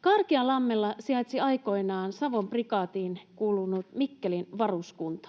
Karkialammella sijaitsi aikoinaan Savon prikaatiin kuulunut Mikkelin varuskunta.